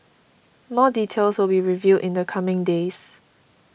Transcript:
more details will be revealed in the coming days